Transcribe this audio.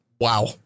Wow